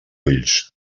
ulls